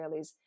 Israelis